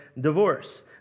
divorce